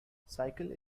cycle